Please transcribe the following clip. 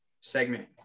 segment